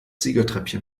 siegertreppchen